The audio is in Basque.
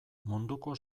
munduko